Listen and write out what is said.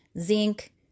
zinc